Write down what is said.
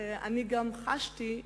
ואני גם חשתי,